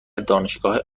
دانشگاه